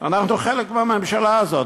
אנחנו חלק מהממשלה הזאת.